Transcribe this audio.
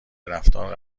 رفتار